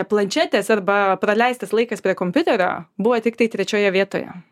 planšetės arba praleistas laikas prie kompiuterio buvo tiktai trečioje vietoje